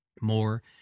more